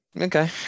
Okay